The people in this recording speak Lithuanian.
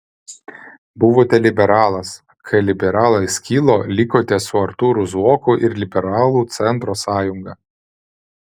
buvote liberalas kai liberalai skilo likote su artūru zuoku ir liberalų centro sąjunga